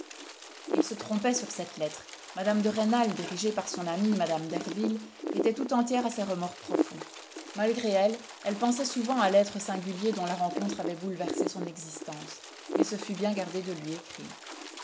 il se trompait sur cette lettre mme de rênal dirigée par son amie mme derville était tout entière à ses remords profonds malgré elle elle pensait souvent à l'être singulier dont la rencontre avait bouleversé son existence mais se fut bien gardée de lui écrire